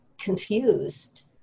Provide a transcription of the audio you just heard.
confused